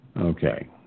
Okay